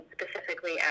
specifically